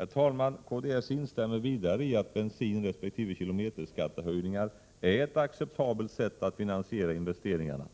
Herr talman! Vii kds instämmer vidare i att bensinresp. kilometerskattehöjningar är ett acceptabelt sätt att finansiera investeringarna.